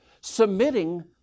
submitting